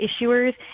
issuers